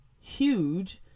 huge